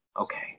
Okay